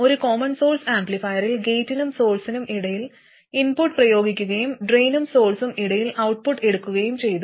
ഒരു common source ആംപ്ലിഫയറിൽ ഗേറ്റിനും സോഴ്സിനും ഇടയിൽ ഇൻപുട്ട് പ്രയോഗിക്കുകയും ഡ്രെയിനും സോഴ്സും ഇടയിൽ ഔട്ട്പുട്ട് എടുക്കുകയും ചെയ്തു